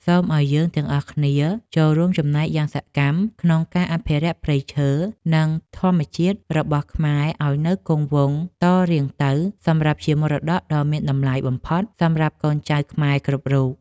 សូមឱ្យយើងទាំងអស់គ្នាចូលរួមចំណែកយ៉ាងសកម្មក្នុងការអភិរក្សព្រៃឈើ និង ធម្មជាតិរបស់ខ្មែរឱ្យនៅគង់វង្សតរៀងទៅសម្រាប់ជាមរតកដ៏មានតម្លៃបំផុតសម្រាប់កូនចៅខ្មែរគ្រប់រូប។